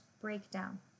breakdown